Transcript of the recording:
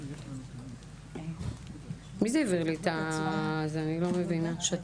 אז אני אתחיל.